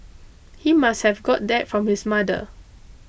he must have got that from his mother